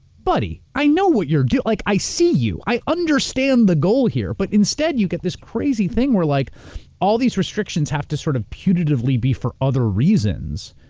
buddy, i know what you're. like, i see you, i understand the goal here. but instead, you get this crazy thing where like all these restrictions have to sort of putatively be for other reasons,